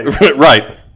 Right